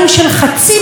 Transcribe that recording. תודה רבה.